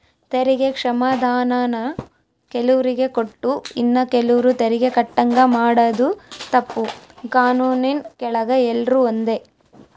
ತೆರಿಗೆ ಕ್ಷಮಾಧಾನಾನ ಕೆಲುವ್ರಿಗೆ ಕೊಟ್ಟು ಇನ್ನ ಕೆಲುವ್ರು ತೆರಿಗೆ ಕಟ್ಟಂಗ ಮಾಡಾದು ತಪ್ಪು, ಕಾನೂನಿನ್ ಕೆಳಗ ಎಲ್ರೂ ಒಂದೇ